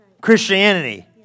Christianity